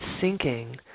sinking